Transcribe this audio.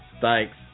Thanks